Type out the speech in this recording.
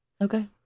Okay